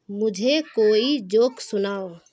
مجھے کوئی جوک سناؤ